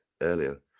earlier